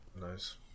Nice